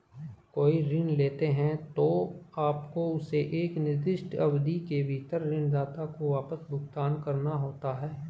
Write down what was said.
कोई ऋण लेते हैं, तो आपको उसे एक निर्दिष्ट अवधि के भीतर ऋणदाता को वापस भुगतान करना होता है